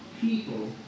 people